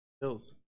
hills